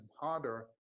harder